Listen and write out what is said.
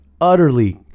utterly